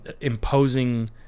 imposing